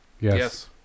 Yes